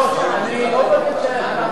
אדוני היושב-ראש, אני לא באתי לקיים משא-ומתן.